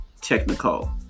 technical